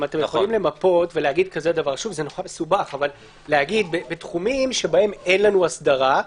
השאלה אם אתם יכולים למפות ולהגיד: בתחומים שבהם אין לנו הסדרה,